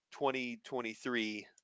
2023